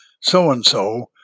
so-and-so